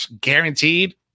guaranteed